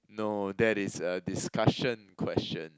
no that is a discussion question